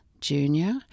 junior